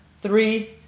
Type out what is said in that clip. three